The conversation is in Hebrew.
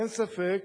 אין ספק